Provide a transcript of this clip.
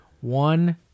One